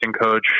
coach